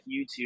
YouTube